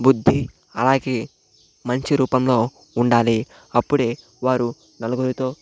బుద్ధి అలాగే మంచి రూపంలో ఉండాలి అప్పుడే వారు నలుగురితో